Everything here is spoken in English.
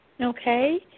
Okay